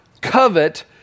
covet